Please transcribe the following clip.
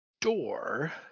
door